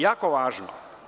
Jako važno.